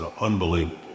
unbelievable